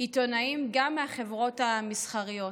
עיתונאים גם מהחברות המסחריות,